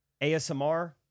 ASMR